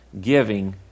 giving